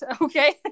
Okay